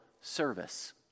service